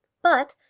but,